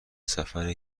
سفر